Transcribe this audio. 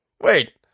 wait